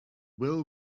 will